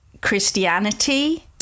Christianity